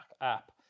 app